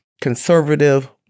conservative